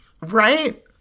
Right